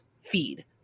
feed